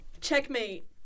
checkmate